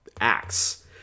acts